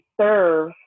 serve